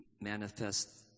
manifest